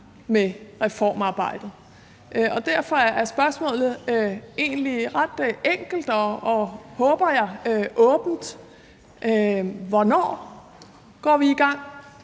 med reformarbejdet. Og derfor er spørgsmålet egentlig ret enkelt og, håber jeg, åbent: Hvornår går vi i gang?